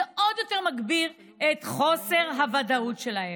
עוד יותר מגביר את חוסר הוודאות שלהן.